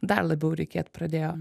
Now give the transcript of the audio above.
dar labiau reikėt pradėjo